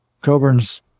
Coburn's